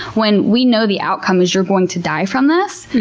when we know the outcome is you're going to die from this.